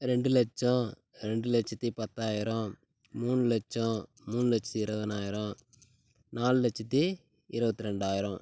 ரெண்டு லட்சம் ரெண்டு லட்சத்தி பத்தாயிரம் மூணு லட்சம் மூணு லட்சத்தி இருபதினாயிரம் நாலு லட்சத்தி இருபத்தி ரெண்டாயிரம்